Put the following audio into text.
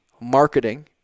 marketing